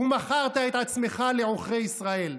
ומכרת את עצמך לעוכרי ישראל,